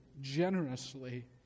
generously